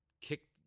kicked